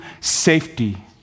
safety